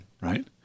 right